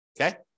Okay